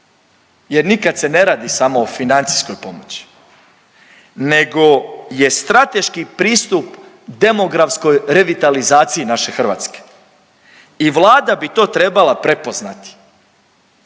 jer nikad se ne radi samo o financijskoj pomoći nego je strateški pristup demografskoj revitalizaciji naše Hrvatske i Vlada bi to trebala prepoznati.